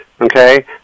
Okay